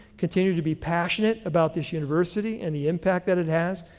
continue to be passionate about this university and the impact that it has.